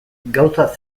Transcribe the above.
gauza